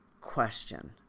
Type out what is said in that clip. question